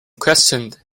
questioned